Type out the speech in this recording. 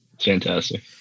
Fantastic